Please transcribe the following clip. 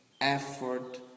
effort